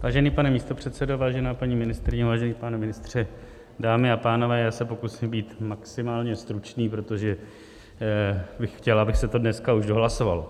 Vážený pane místopředsedo, vážená paní ministryně, vážení pane ministře, dámy a pánové, já se pokusím být maximálně stručný, protože bych chtěl, aby se to dneska už dohlasovalo.